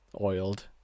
oiled